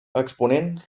exponents